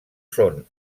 són